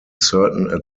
certain